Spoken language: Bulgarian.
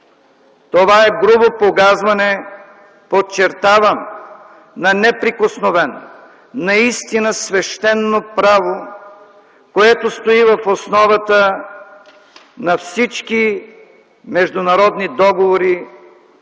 Това е грубо погазване, подчертавам, на неприкосновено, наистина свещено право, което стои в основата на всички международни договори,